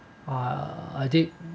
uh are they